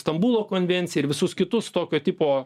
stambulo konvenciją ir visus kitus tokio tipo